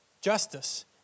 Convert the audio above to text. Justice